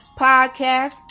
podcast